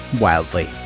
wildly